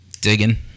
Digging